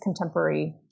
contemporary